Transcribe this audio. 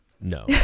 No